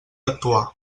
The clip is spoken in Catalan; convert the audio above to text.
actuar